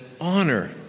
honor